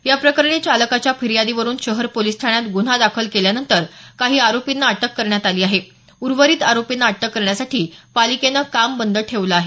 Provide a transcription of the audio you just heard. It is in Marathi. या प्रकरणी चालकाच्या फिर्यादीवरून शहर पोलीस ठाण्यात गुन्हा दाखल केल्यानंतर काही आरोपींना अटक करण्यात आली उर्वरित आरोपींना अटक करण्यासाठी पालिकेने काम बंद ठेवलं आहे